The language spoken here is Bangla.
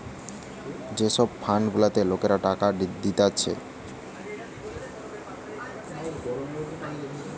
যে সব ফান্ড গুলাতে লোকরা টাকা দিতেছে